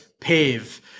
PAVE